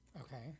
Okay